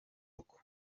koko